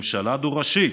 ממשלה דו-ראשית.